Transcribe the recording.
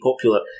popular